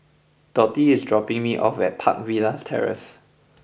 Dotty is dropping me off at Park Villas Terrace